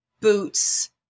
boots